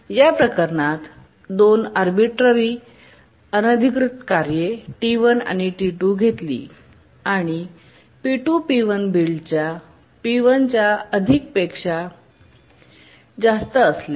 या प्रकरणात दोन आर्बिट्ररी अनधिकृत कार्ये T1 आणि T2 घेतली आणि p2 p1 butit च्या p1 च्या एकाधिकपेक्षा जास्त असल्यास